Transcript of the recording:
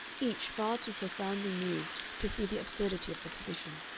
each far too profoundly moved to see the absurdity of the position.